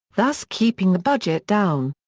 thus keeping the budget down.